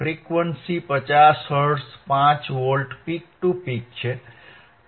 frequency 50 hertz 5 volt peak to peak છે